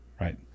right